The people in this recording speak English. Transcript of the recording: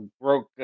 Broke